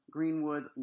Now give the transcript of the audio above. Greenwood